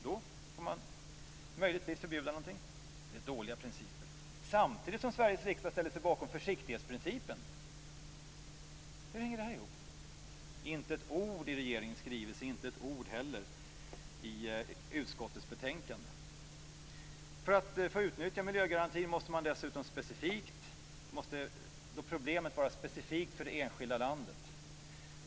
Då får man möjligtvis förbjuda någonting. Det är dåliga principer. Samtidigt ställer sig Sveriges riksdag bakom försiktighetsprincipen. Hur hänger det ihop? Inte ett ord i regeringens skrivelse och inte ett ord i utskottets betänkande. För att få utnyttja miljögarantin måste problemet vara specifikt för det enskilda landet.